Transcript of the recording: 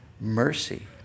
mercy